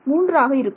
மூன்றாக இருக்கும்